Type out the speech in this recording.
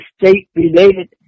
state-related